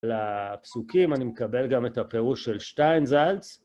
לפסוקים אני מקבל גם את הפירוש של שטיינזלץ.